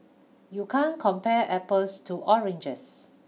you can't compare apples to oranges